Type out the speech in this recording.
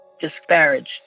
disparaged